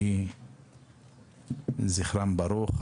יהי זכרם ברוך.